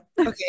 Okay